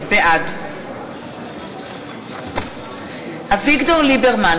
בעד אביגדור ליברמן,